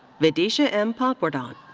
vidisha m. patwardhan.